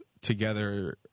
together